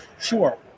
sure